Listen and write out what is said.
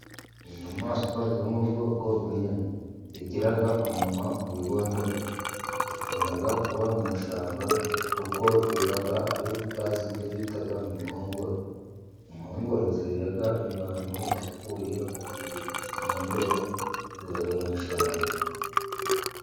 Inyamaswa zo mu bwoko bw'inyoni, zigira umunwa wigondoye, zikunda kuba mu ishyamba, kuko ziba ari zazindi bita inkongoro, inkongoro zirya abantu bapfuye, inkongoro ziba mu ishyamba.